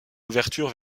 ouverture